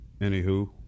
anywho